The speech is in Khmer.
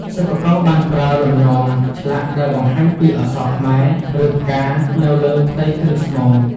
សិប្បករបានប្រើ លំនាំ ឆ្លាក់ដែលបង្ហាញពីអក្សរខ្មែរ ឬផ្កានៅលើផ្ទៃគ្រឿងស្មូន។